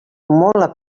molt